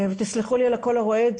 תסלחו לי על הקול הרועד,